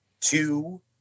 two